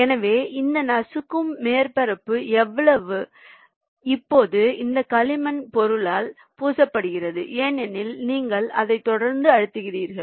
எனவே அந்த நசுக்கும் மேற்பரப்பு இப்போது அந்த களிமண் பொருளால் பூசப்படுகிறது ஏனெனில் நீங்கள் அதை தொடர்ந்து அழுத்துகிறீர்கள்